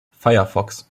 firefox